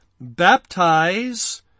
baptize